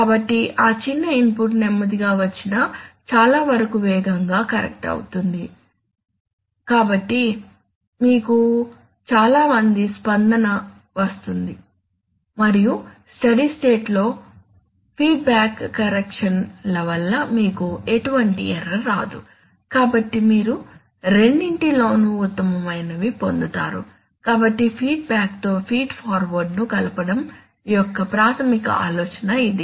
కాబట్టి ఆ చిన్న ఇన్పుట్ నెమ్మదిగా వచ్చినా చాలా వరకు వేగంగా కరెక్ట్ చేస్తుంది కాబట్టి మీకు చాలా మంచి స్పందన వస్తుంది మరియు స్టడీ స్టేట్ లో ఫీడ్బ్యాక్ కరెక్షన్ ల వల్ల మీకు ఎటువంటి ఎర్రర్ రాదు కాబట్టి మీరు రెండిటి లోనూ ఉత్తమమైనవి పొందుతారు కాబట్టి ఫీడ్బ్యాక్తో ఫీడ్ ఫార్వర్డ్ ను కలపడం యొక్క ప్రాథమిక ఆలోచన ఇది